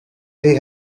hey